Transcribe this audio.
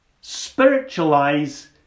spiritualize